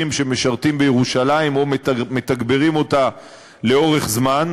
שמשרתים בירושלים או מתגברים אותה לאורך זמן,